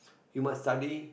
you must study